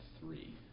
three